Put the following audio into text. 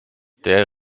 der